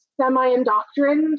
semi-indoctrined